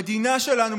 המדינה שלנו,